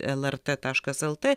lrt taškas lt